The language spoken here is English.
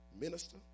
minister